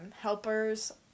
helpers